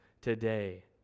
today